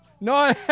No